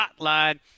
Hotline